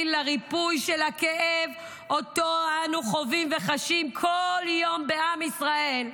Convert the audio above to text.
לריפוי של הכאב שאנו חווים וחשים כל יום בעם ישראל,